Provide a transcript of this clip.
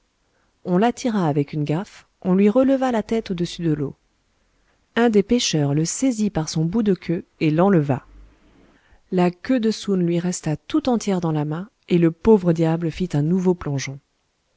on l'attira avec une gaffe on lui releva la tête au-dessus de l'eau un des pêcheurs le saisit par son bout de queue et l'enleva la queue de soun lui resta tout entière dans la main et le pauvre diable fit un nouveau plongeon